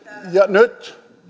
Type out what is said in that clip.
nyt